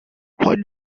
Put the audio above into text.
why